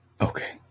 Okay